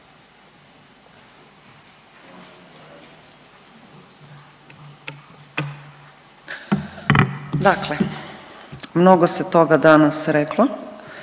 Dakle, mnogo se toga danas reklo,